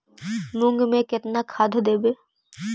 मुंग में केतना खाद देवे?